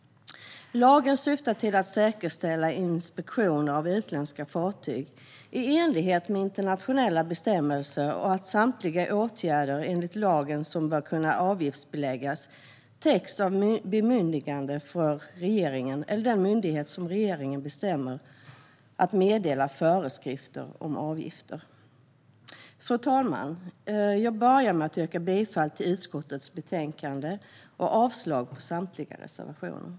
Lagen syftar till att säkerställa inspektioner av utländska fartyg i enlighet med internationella bestämmelser. Samtliga åtgärder som enligt lagen bör kunna avgiftsbeläggas täcks av ett bemyndigande för regeringen eller den myndighet som regeringen bestämmer att meddela föreskrifter om avgifter. Fru talman! Jag börjar med att yrka bifall till utskottets förslag i betänkandet och avslag på samtliga reservationer.